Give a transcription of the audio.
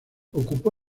ocupó